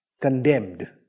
Condemned